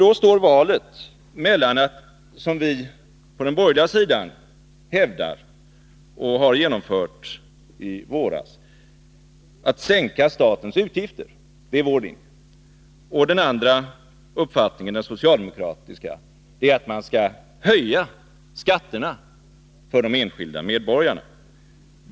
Då står valet mellan, som vi på den borgerliga sidan hävdar, att sänka statens utgifter — det är vår linje, och det genomförde vi också i våras — och den andra uppfattningen, den socialdemokratiska, att man skall höja skatterna för de enskilda medborgarna.